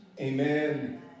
Amen